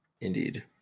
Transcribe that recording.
Indeed